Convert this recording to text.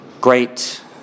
great